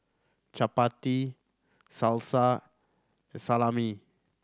Chapati Salsa Salami